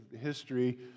History